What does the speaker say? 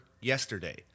yesterday